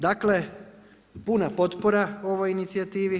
Dakle, puna potpora ovoj inicijativi.